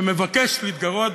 שמבקשת להתגרות,